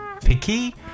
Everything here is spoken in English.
picky